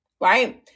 right